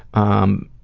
um,